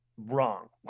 Wrong